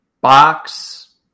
Box